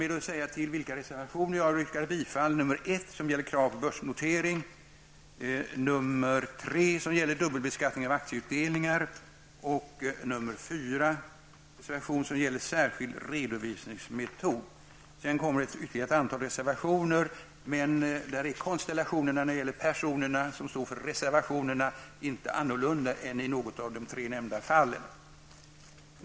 Jag vill börja med att yrka bifall till reservation nr 1 som gäller dubbelbeskattningen av aktieutdelningar och reservation nr 4 som gäller särskild redovisningsmetod. Därefter kommer ytterligare ett antal reservationer, men där är konstellationerna när de gäller personerna som står för reservationerna inte annorlunda än i något av de tre nämnda fallen.